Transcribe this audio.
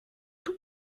tout